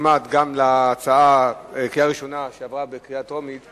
גם להצעה שעברה בקריאה טרומית,